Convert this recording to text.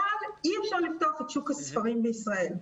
אבל אי אפשר לפתוח את שוק הספרים בישראל.